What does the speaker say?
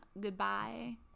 Goodbye